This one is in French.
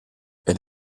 elle